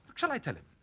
should i tell him?